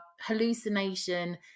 hallucination